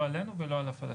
לא עלינו ולא על הפלסטינים.